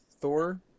Thor